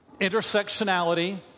intersectionality